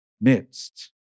midst